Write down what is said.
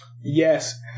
Yes